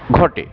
ঘটে